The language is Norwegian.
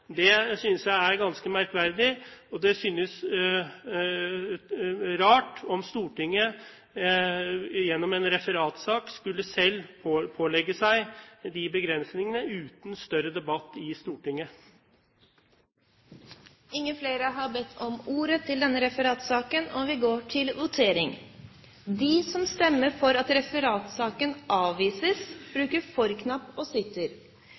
Det synes jeg er ganske merkverdig, og det synes rart om Stortinget gjennom en referatsak selv skulle pålegge seg de begrensningene uten større debatt i Stortinget. Flere har ikke bedt om ordet til referatsak 58. Vi går da til votering.